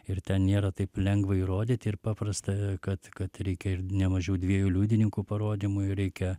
ir ten nėra taip lengva įrodyti ir paprasta kad kad reikia ir nemažiau dviejų liudininkų parodymų reikia